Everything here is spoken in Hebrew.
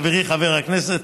חברי חבר הכנסת,